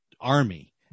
army